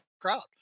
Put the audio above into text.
crowd